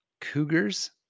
cougars